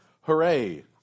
hooray